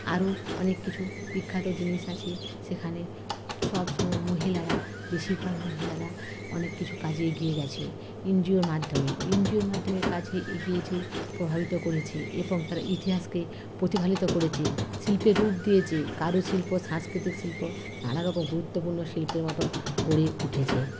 আরও অনেক কিছু বিখ্যাত জিনিস আছে সেখানে সবসময় মহিলারা বেশিরভাগ মহিলারা অনেক কিছু কাজে এগিয়ে গিয়েছে এনজিওর মাধ্যমে ওই এনজিওর মাধ্যমে কাজে এগিয়েছে প্রভাবিত করেছে এবং তারা ইতিহাসকে প্রতিফলিত করেছে শিল্পে রূপ দিয়েছে কারু শিল্প সাংস্কৃতিক শিল্প নানারকম গুরুত্বপূর্ণ শিল্পের মতন করে উঠেছে